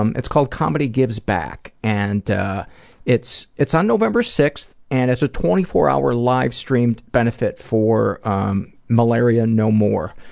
um it's called comedy gives back. and ah it's it's on november sixth, and it's a twenty four hour live-streamed benefit for um malaria no more.